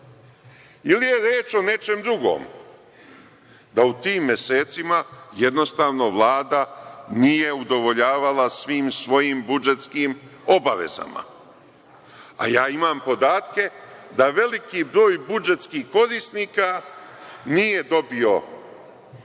Ili je reč o nečemu drugom, da u tim mesecima jednostavno Vlada nije udovoljavala svim svojim budžetskim obavezama? Ja imam podatke da veliki broj budžetskih korisnika nije dobio novac